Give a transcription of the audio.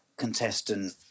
contestant